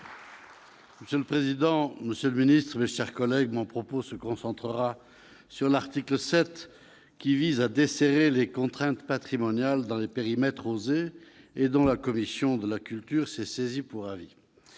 Monsieur le président, monsieur le ministre, mes chers collègues, mon propos se concentrera sur l'article 7, qui vise à desserrer les contraintes patrimoniales dans les périmètres « OSER » et dont la commission de la culture s'est saisie pour avis.